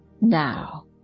now